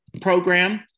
program